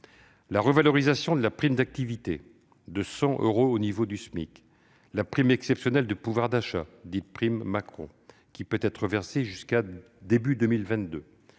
La revalorisation de la prime d'activité de 100 euros au niveau du SMIC, la prime exceptionnelle de pouvoir d'achat, dite prime Macron, qui peut être versée jusqu'au début de